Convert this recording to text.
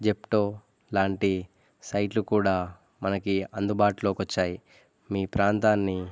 Zepto లాంటి సైట్లు కూడా మనకి అందుబాటులోకి వచ్చాయి మీ ప్రాంతాన్ని